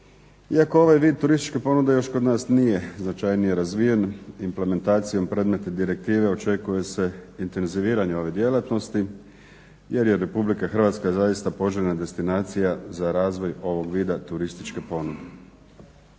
Iako ovaj vid turističke ponude još kod nas nije značajnije razvijen, implementacijom predmetne direktive očekuje se intenziviranje ove djelatnosti jer je Republika Hrvatska zaista poželjna destinacija za razvoj ovog vida turističke ponude.